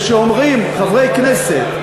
אומרים חברי כנסת: